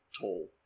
tall